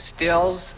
Stills